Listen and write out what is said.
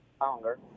longer